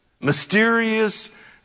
mysterious